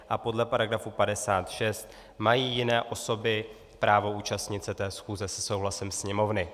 A podle § 56 mají jiné osoby právo účastnit se té schůze se souhlasem Sněmovny.